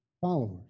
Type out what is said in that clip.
followers